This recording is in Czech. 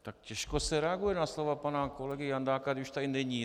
Tak těžko se reaguje na slova pana kolegy Jandáka, když tady není.